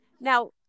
now